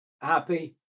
happy